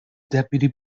deputy